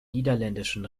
niederländischen